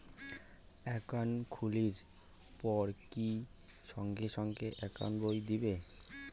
Account খুলির পর কি সঙ্গে সঙ্গে একাউন্ট বই দিবে?